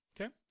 Okay